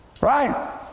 right